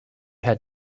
had